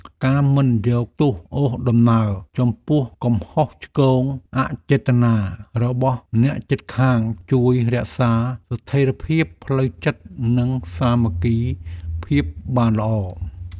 ការមិនយកទោសអូសដំណើរចំពោះកំហុសឆ្គងអចេតនារបស់អ្នកជិតខាងជួយរក្សាស្ថិរភាពផ្លូវចិត្តនិងសាមគ្គីភាពបានល្អ។